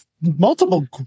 multiple